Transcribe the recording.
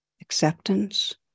acceptance